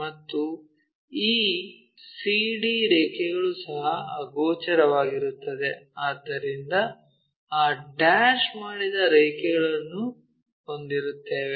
ಮತ್ತು ಈ c d ರೇಖೆಗಳು ಸಹ ಅಗೋಚರವಾಗಿರುತ್ತದೆ ಆದ್ದರಿಂದ ಆ ಡ್ಯಾಶ್ ಮಾಡಿದ ರೇಖೆಗಳನ್ನು ಹೊಂದಿರುತ್ತೇವೆ